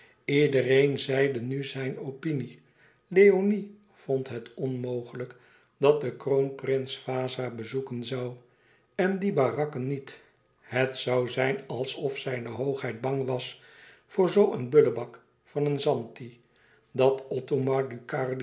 iedereen zeide nu zijn opinie leoni vond het onmogelijk dat de kroonprins vaza bezoeken zoû en die barakken niet het zoû zijn alsof zijne hoogheid bang was voor zoo een bullebak van een zanti dat